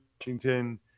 Washington